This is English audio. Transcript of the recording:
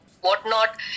whatnot